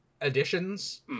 additions